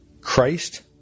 Christ